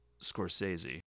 Scorsese